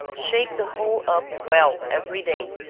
shake the whole up well every day,